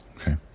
Okay